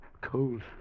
Cold